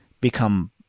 become